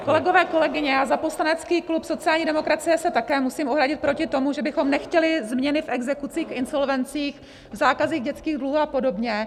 Kolegyně, kolegové, já za poslanecký klub sociální demokracie se také musím ohradit proti tomu, že bychom nechtěli změny v exekucích, insolvencích, zákazy dětských dluhů a podobně.